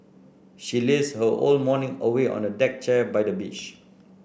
she lazed her whole morning away on a deck chair by the beach